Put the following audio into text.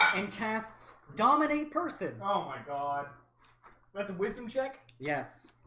and castes dominate person oh my god that's a wisdom check yes